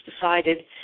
decided